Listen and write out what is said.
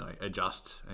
adjust